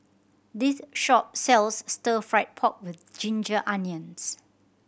this shop sells Stir Fried Pork With Ginger Onions